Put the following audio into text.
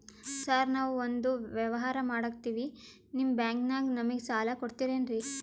Sir ನಾವು ಒಂದು ವ್ಯವಹಾರ ಮಾಡಕ್ತಿವಿ ನಿಮ್ಮ ಬ್ಯಾಂಕನಾಗ ನಮಿಗೆ ಸಾಲ ಕೊಡ್ತಿರೇನ್ರಿ?